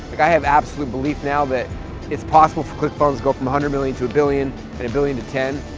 i have absolute belief now that it's possible for click funnels to go from a hundred million to a billion and a billion to ten,